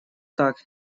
так